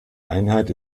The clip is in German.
einheit